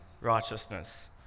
righteousness